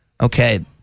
okay